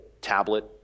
tablet